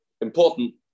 important